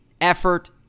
effort